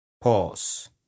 Pause